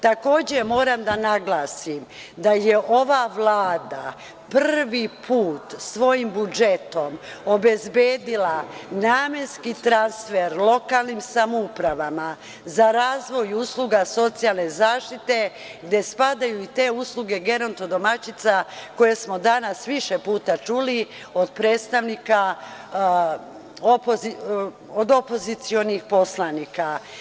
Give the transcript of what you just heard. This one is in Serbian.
Takođe, moram da naglasim da je ova Vlada prvi put svojim budžetom obezbedila namenski transfer lokalnim samoupravama za razvoj usluga socijalne zaštite gde spadaju i te usluge geronto domaćica koje smo danas više puta čuli od predstavnika od opozicionih poslanika.